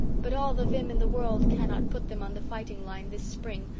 but all the vim in the world cannot put them on the fighting line this spring,